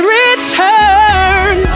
return